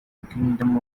kingdom